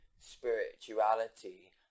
spirituality